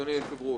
אדוני היושב-ראש,